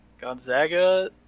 Gonzaga